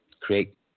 create